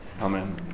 Amen